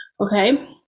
okay